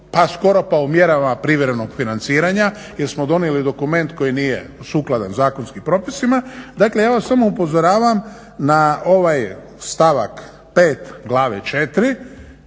pa skoro pa u mjerama privremenog financiranja, jer smo donijeli dokument koji nije sukladan zakonskim propisima. Dakle, ja vas samo upozoravam na ovaj stavak